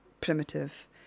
primitive